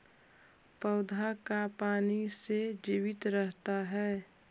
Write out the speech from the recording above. पौधा का पाने से जीवित रहता है?